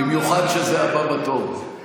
במיוחד כשזה הבא בתור.